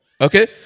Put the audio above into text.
Okay